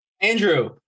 Andrew